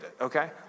okay